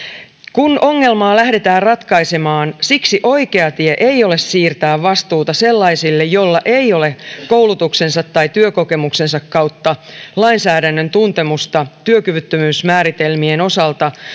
kun ongelmaa lähdetään ratkaisemaan siksi oikea tie ei ole siirtää vastuuta sellaisille joilla ei ole koulutuksensa tai työkokemuksensa kautta lainsäädännön tuntemusta työkyvyttömyysmääritelmien osalta